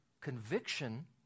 conviction